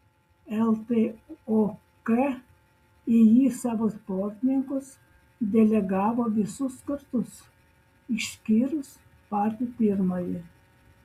ltok į jį savo sportininkus delegavo visus kartus išskyrus patį pirmąjį